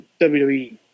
WWE